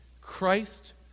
Christ